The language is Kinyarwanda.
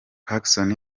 pacson